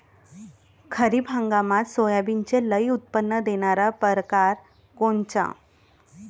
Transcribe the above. खरीप हंगामात सोयाबीनचे लई उत्पन्न देणारा परकार कोनचा?